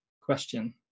question